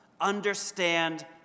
understand